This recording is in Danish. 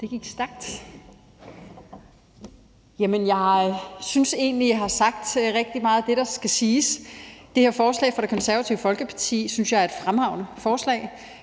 Thiesen (DF): Jeg synes egentlig, at jeg har sagt rigtig meget af det, der skal siges. Det her forslag fra Det Konservative Folkeparti synes jeg er et fremragende forslag.